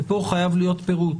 ופה חייב להיות פירוט